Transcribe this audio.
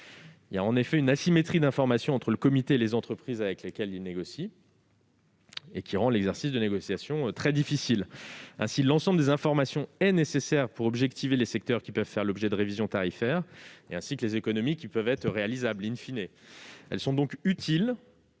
Il existe en effet une asymétrie d'information entre le comité et les entreprises avec lesquelles il négocie, ce qui rend l'exercice de négociations très difficile. Ainsi, toutes ces informations sont nécessaires pour objectiver les secteurs pouvant faire l'objet de révisions tarifaires, ainsi que les économies susceptibles d'être réalisées. Elles sont donc utiles,